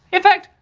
in fact,